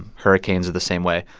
hurricanes are the same way.